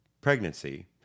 pregnancy